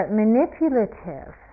manipulative